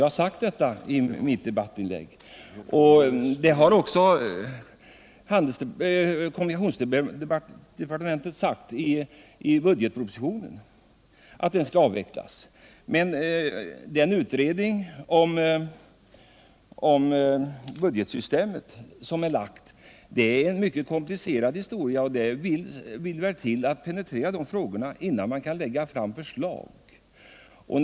Jag har sagt detta i mitt debattinlägg, och kommunikationsministern har också i budgetpropositionen sagt att fonden skall avvecklas. Men den utredning om budgetsys temet som lagts fram är en mycket komplicerad historia, och det vill till att man penetrerar frågorna innan man presenterar förändringen.